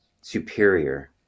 superior